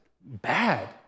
bad